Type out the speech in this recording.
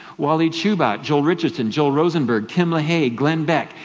wally schubert, joel richardson, joel rosenberg, tim lahaye, glenn beck.